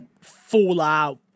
fallout